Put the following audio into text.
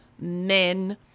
men